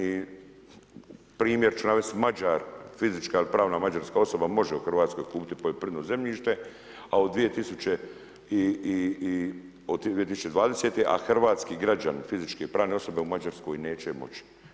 I primjer ću navesti Mađar, fizička ili pravna mađarska osoba može u Hrvatskoj kupiti poljoprivredno zemljište a od 2020. a hrvatski građani fizičke i pravne osobe u Mađarskoj neće moći.